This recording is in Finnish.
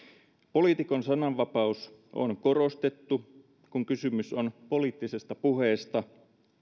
poliitikon sananvapaus on korostettu kun kysymys on poliittisesta puheesta